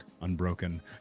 Unbroken